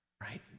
Right